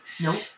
Nope